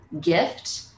gift